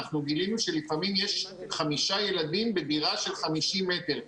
אנחנו גילינו שלפעמים יש חמישה ילדים בדירה של 50 מטר,